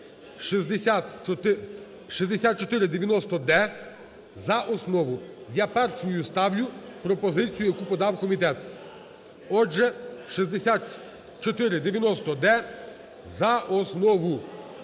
6490-д за основу. Я першою ставлю пропозицію, яку подав комітет. Отже, 6490-д – за основу.